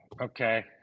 okay